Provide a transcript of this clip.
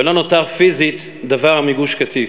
ולא נותר פיזית דבר מגוש-קטיף.